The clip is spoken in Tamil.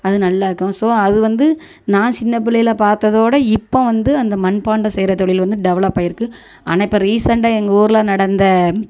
அது நல்லா இருக்கும் ஸோ அது வந்து நான் சின்ன பிள்ளையில பார்த்ததோட இப்போ வந்து அந்த மண்பாண்டம் செய்கிற தொழில் வந்து டெவலப் ஆகிருக்கு ஆனால் இப்போ ரீசெண்ட்டாக எங்கள் ஊரில் நடந்த